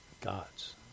God's